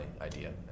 idea